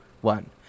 one